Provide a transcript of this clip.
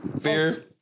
Fear